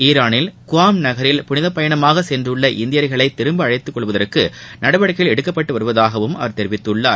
ஈரானில் குவாம் நகில் புனிதப் பயணமாக சென்றுள்ள இந்தியா்களை திரும்ப அழைத்துக் கொள்வதற்கு நடவடிக்கைகள் எடுக்கப்படுவதாகவும் அவர் கூறியிருக்கிறார்